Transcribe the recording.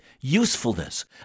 usefulness